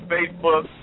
Facebook